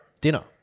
Dinner